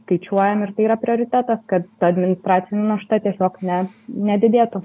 skaičiuojam ir tai yra prioritetas kad ta administracinė našta tiesiog ne nedidėtų